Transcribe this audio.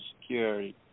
Security